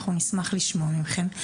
אנחנו נשמח לשמוע מכם.